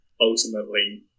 ultimately